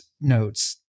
notes